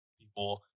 people